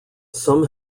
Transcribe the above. some